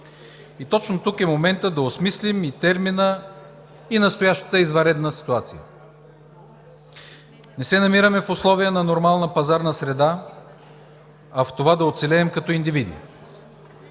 И точно тук е моментът да осмислим и термина, и настоящата извънредна ситуация. Не се намираме в условия на нормална пазарна среда, а в това да оцелеем като индивиди.